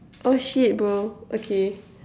oh shit bro okay